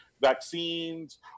vaccines